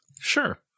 Sure